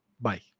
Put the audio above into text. Bye